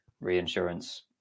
reinsurance